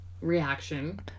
reaction